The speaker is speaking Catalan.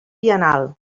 biennal